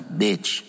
bitch